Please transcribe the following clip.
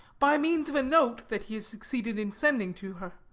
by means of a note that he has succeeded in sending to her.